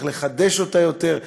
צריך לחדש אותה יותר.